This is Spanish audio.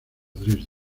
dresde